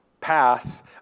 pass